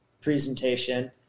presentation